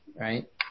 right